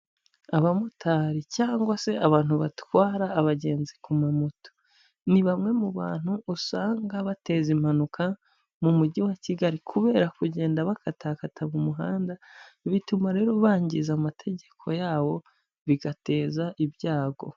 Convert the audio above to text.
Abamotari cyangwa se abantu batwara abagenzi ku mamoto ni bamwe mu bantu usanga bateza impanuka mu Mujyi wa kigali. Kubera kugenda bakatakata mu umuhanda bituma rero bangiza amategeko yawo bigateza ibyago.